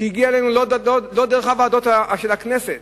שהגיע אלינו לא דרך הוועדות של הכנסת,